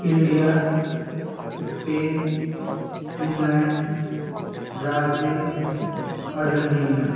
India Spain England Brazil Argentina